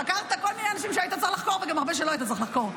חקרת כל מיני אנשים שהיית צריך לחקור וגם הרבה שלא היית צריך לחקור.